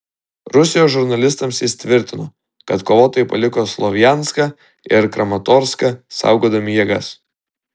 rusijos žurnalistams jis tvirtino kad kovotojai paliko slovjanską ir kramatorską saugodami jėgas